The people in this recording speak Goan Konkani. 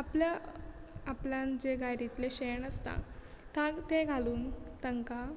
आपल्या आपल्यान जे गायरींतले शेण आसता तांक तें घालून तांकां